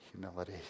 humility